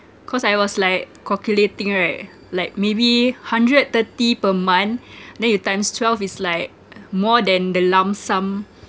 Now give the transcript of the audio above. cause I was like calculating right like maybe hundred thirty per month then you times twelve is like more than the lump sum